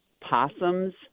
possums